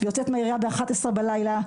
יוצאת מהעירייה באחת עשרה בלילה,